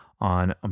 on